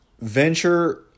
venture